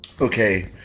Okay